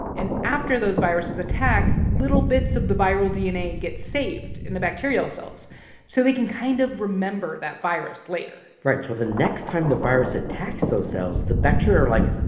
and after those viruses attack, little bits of the viral dna get saved in the bacterial cells so they can kind of remember that virus later right. so the next time the virus attacks those cells, the bacteria are like,